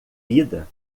vida